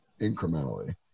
incrementally